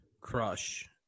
crush